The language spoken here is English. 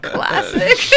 Classic